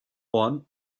horn